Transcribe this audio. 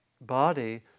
body